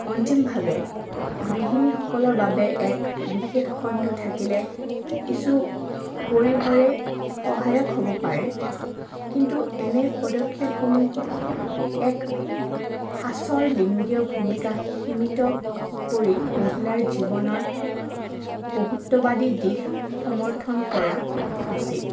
অন্তিমভাৱে গৃহিণীসকলৰ বাবে এক বিশেষ খণ্ড থাকিলে কিছু পৰিহৰে সহায়ক হ'ব পাৰে কিন্তু এনে পদক্ষেপসমূহ এক সাঁচৰ লিংগীয় ভূমিকা সীমিত কৰি মহিলাৰ জীৱনৰ বহুত্ববাদী দিশ সমৰ্থন কৰা উচিত